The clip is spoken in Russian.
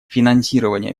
финансирование